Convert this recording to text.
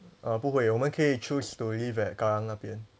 err 不会我们可以 choose to leave at kallang 那边